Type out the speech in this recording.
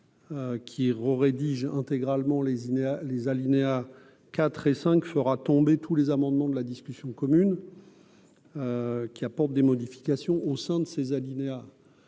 qui aurait dit intégralement lésiné à les alinéas 4 et 5 fera tomber tous les amendements de la discussion commune qui apporte des modifications au sein de ces alinéas,